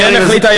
כן החליטה,